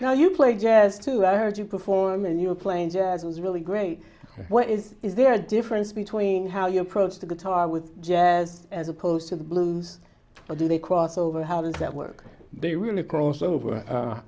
how you play jazz to i heard you perform and you're playing jazz is really great what is is there a difference between how you approach the guitar with jazz as opposed to the blues how do they cross over how does that work they really cross over